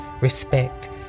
respect